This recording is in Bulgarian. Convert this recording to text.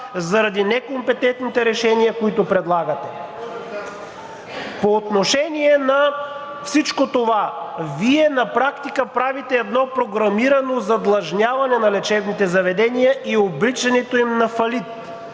заради некомпетентните решения, които предлагате. По отношение на всичко това Вие на практика правите едно програмирано задлъжняване на лечебните заведения и обричането им на фалит.